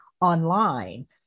online